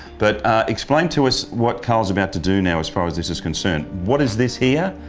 but explain to us what carls about to do now as far as this is concerned? what is this here?